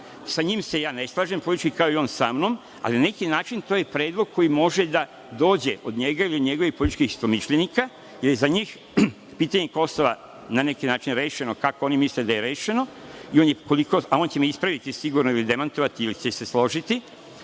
sa njim se ja ne slažem, kao i on sa mnom, ali na neki način to je predlog koji može da dođe od njega ili njegovih istomišljenika, jer za njih pitanje Kosova je na neki način rešeno kako oni misle da je rešeno, on će me ispraviti sigurno ili demantovati, ili će se složiti,